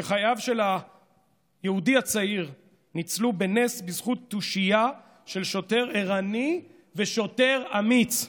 שחייו של יהודי הצעיר ניצלו בנס בזכות תושייה של שוטר ערני ושוטר אמיץ,